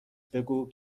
بگو